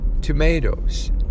tomatoes